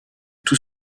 tout